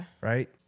Right